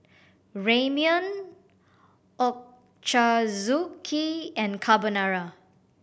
Ramyeon Ochazuke and Carbonara